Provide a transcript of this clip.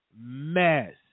mess